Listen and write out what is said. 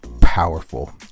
powerful